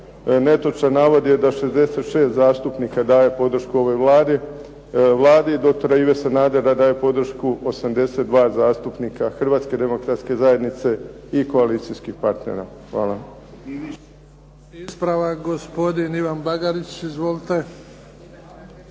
netočan navod je da 66 zastupnika daje podršku ovoj Vladi. Vladi doktora Ive Sanadera daje podršku 82 zastupnika Hrvatske demokratske zajednice i koalicijskog partnera. Hvala. **Bebić, Luka (HDZ)** Ispravak gospodin Ivan Bagarić. Izvolite.